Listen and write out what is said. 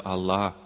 Allah